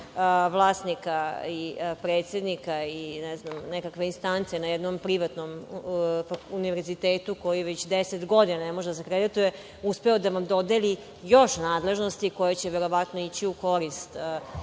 vlasnika i predsednika i nekakve instance, na jednom privatnom univerzitetu, koji već deset godina ne može da se akredituje, uspeo da vam dodeli još nadležnosti, koje će verovatno ići u korist